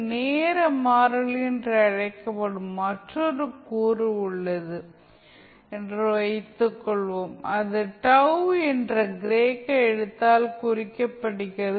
நேர மாறிலி என்று அழைக்கப்படும் மற்றொரு கூறு உள்ளது என்று வைத்துக் கொள்வோம் அது τ என்ற கிரேக்க எழுத்தால் குறிக்கப்படுகிறது